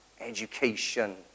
education